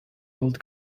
old